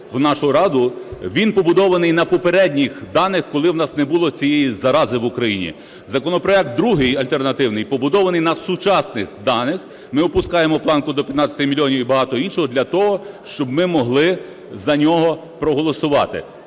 він побудований на попередніх даних, коли у нас не було цієї зарази в Україні. Законопроект другий альтернативний побудований на сучасних даних. Ми опускаємо планку до 15 мільйонів і багато іншого для того, щоб ми могли за нього проголосувати.